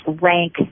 rank